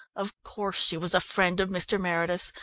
of course, she was a friend of mr. meredith's.